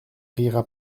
rira